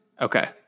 Okay